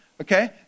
Okay